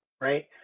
Right